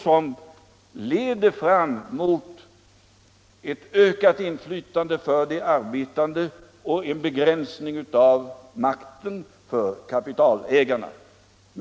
Den leder till ett ökat inflytande för de arbetande och en begränsning av makten för kapitalägarna.